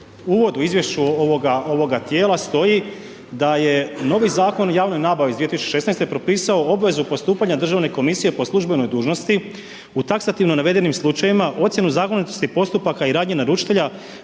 uvodu, izvješću ovoga tijela stoji da je novi Zakon o javnoj nabavi iz 2016. propisao obvezu postupanja Državne komisije po službenoj dužnosti u taksativno navedenim slučajevima, ocjenu zakonitosti postupaka i radnje naručitelja